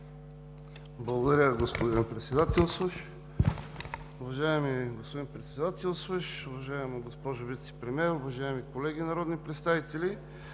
Уважаеми господин Председател, уважаема госпожо Вицепремиер, уважаеми колеги народни представители!